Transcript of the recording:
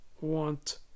want